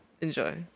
Enjoy